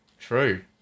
true